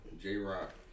J-Rock